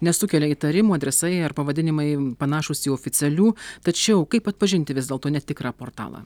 nesukelia įtarimų adresai ar pavadinimai panašūs į oficialių tačiau kaip atpažinti vis dėlto netikrą portalą